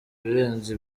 ibirenze